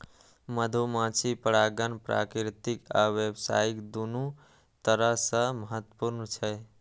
मधुमाछी परागण प्राकृतिक आ व्यावसायिक, दुनू तरह सं महत्वपूर्ण छै